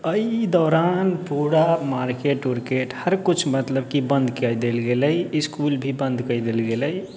एहि दौरान पूरा मार्केट उर्केट हर कुछ मतलब की बन्द कऽ देल गेलै इसकुल भी बन्द कऽ देल गेलै